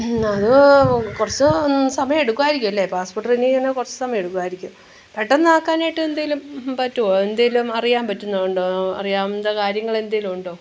അത് കുറച്ച് സമയമെടുക്കുമായിരിക്കുമല്ലേ പാസ്പോർട്ട് റിന്യൂ ചെയ്യാൻ കുറച്ച് സമയം എടുക്കുവായിരിക്കും പെട്ടെന്ന് ആക്കാനായിട്ട് എന്തേലും പറ്റുമോ എന്തേലും അറിയാൻ പറ്റുന്നത് ഉണ്ടോ അറിയാവുന്ന കാര്യങ്ങളെന്തേലും ഉണ്ടോ